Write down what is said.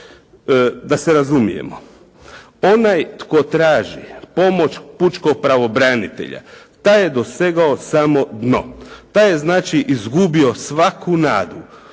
Da se razumijemo, onda tko traži pomoć pučkog pravobranitelja, taj je dosegao samo dno. Taj je, znači izgubio svaku nadu